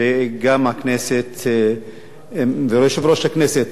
שגם הכנסת ויושב-ראש הכנסת,